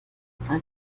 soll